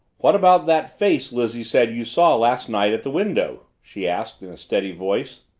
what about that face lizzie said you saw last night at the window? she asked in a steady voice.